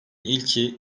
ilki